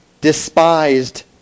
despised